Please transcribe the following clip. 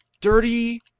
dirty